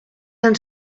han